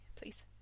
Please